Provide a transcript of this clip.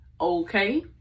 Okay